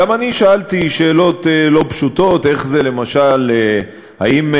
גם אני שאלתי שאלות לא פשוטות: איך זה, למשל, האם,